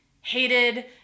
hated